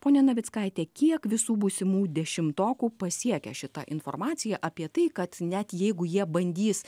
ponia navickaite kiek visų būsimų dešimtokų pasiekia šitą informaciją apie tai kad net jeigu jie bandys